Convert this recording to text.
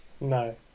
no